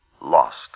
Lost